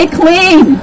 clean